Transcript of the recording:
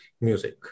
music